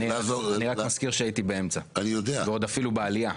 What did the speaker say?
אני רק מזכיר שהייתי באמצע ועוד אפילו בעלייה.